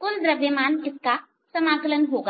कुल द्रव्यमान इसका समाकलन होगा